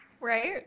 right